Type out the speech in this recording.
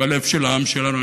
בלב של העם שלנו.